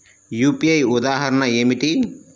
UPI ఉదాహరణ ఏమిటి?